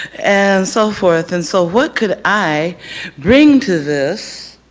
and so forth. and so what could i bring to this